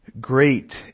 Great